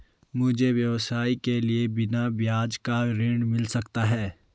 मुझे व्यवसाय के लिए बिना ब्याज का ऋण मिल सकता है?